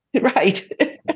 Right